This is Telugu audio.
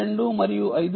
2 మరియు 5